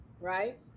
right